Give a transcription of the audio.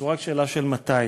זו רק שאלה של "מתי".